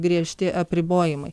griežti apribojimai